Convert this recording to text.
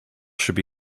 should